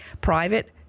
Private